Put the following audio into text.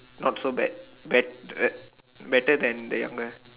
not so bad bet~ better than the younger